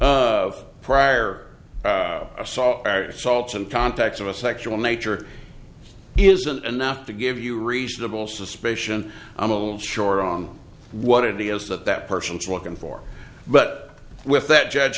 of prior assault salts and contacts of a sexual nature isn't enough to give you reasonable suspicion i'm a little short on what it is that that person's looking for but with that judge